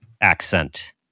accent